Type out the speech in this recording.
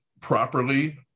properly